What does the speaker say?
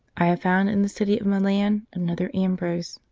i have found in the city of milan another ambrose,